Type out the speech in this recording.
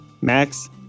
Max